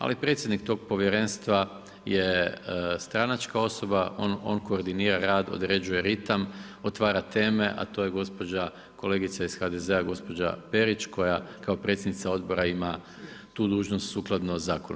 Ali predsjednik tog povjerenstva je stranačka osoba, on koordinira grad, određuje ritam, otvara teme, a to je gospođa, kolegica iz HDZ-a gospođa Perić, koja kao predsjednica odbora ima tu dužnost sukladno zakonu.